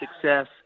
success